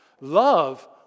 Love